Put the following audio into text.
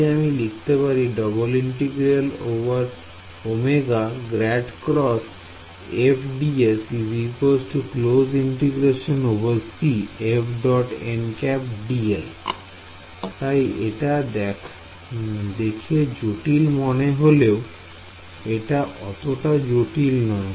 তাই আমি লিখতে পারি তাই এটা দেখে জটিল মনে হলেও এটা অতটা জটিল নয়